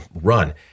run